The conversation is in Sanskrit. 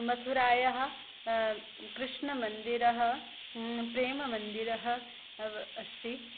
मथुरायाः कृष्णमन्दिरम् प्रेममन्दिरम् अस्ति